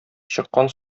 чыккан